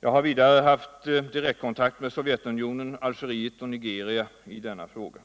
Jag har vidare haft direktkontakt med Sovjetunionen, Algeriet och Nigeria i denna fråga.